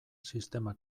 sistema